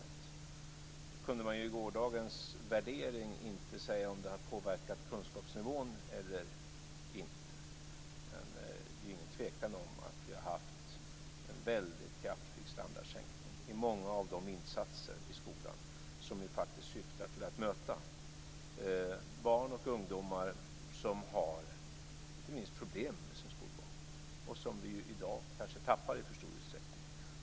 Nu kunde man i gårdagens värdering inte säga om det här har påverkat kunskapsnivån eller inte, men det är ingen tvekan om att vi har haft en kraftig standardsänkning när det gäller många av de insatser i skolan som faktiskt syftar till att möta barn och ungdomar som inte minst har problem med sin skolgång och som vi i dag kanske tappar i för stor utsträckning.